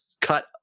cut